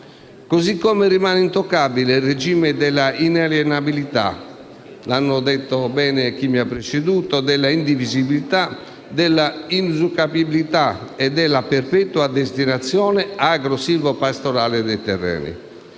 Così come rimane intoccabile il regime della inalienabilità, come ha detto bene chi mi ha preceduto, della indivisibilità, della inusucapibilità e della perpetua destinazione agro-silvo-pastorale dei terreni.